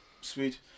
sweet